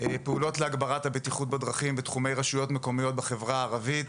פעולות להגברת הבטיחות בדרכים בתחומי רשויות מקומיות בחברה הערבית,